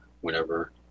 whenever